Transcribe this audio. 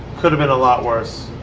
could have been a lot worse.